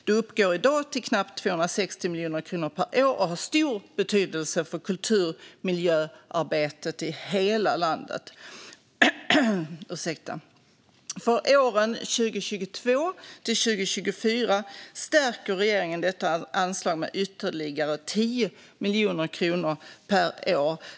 Det uppgår i dag till knappt 260 miljoner kronor per år och har stor betydelse för kulturmiljöarbetet i hela landet. För åren 2022-2024 stärker regeringen detta anslag med ytterligare 10 miljoner kronor per år.